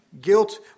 guilt